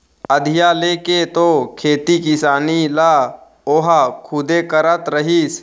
अधिया लेके तो खेती किसानी ल ओहा खुदे करत रहिस